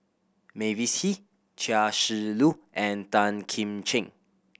Mavis Hee Chia Shi Lu and Tan Kim Ching